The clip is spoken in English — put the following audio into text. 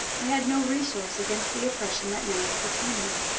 i had no resource against the oppression that now overcame me.